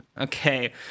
Okay